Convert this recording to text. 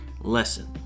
lesson